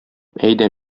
әйдә